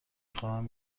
خواهم